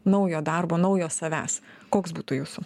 naujo darbo naujo savęs koks būtų jūsų